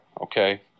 okay